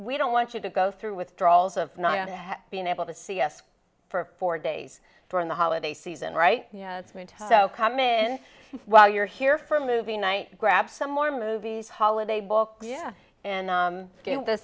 we don't want you to go through withdrawals of not being able to see us for four days during the holiday season right so come in while you're here for a movie night grab some more movies holiday book yeah